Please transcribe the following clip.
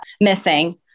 missing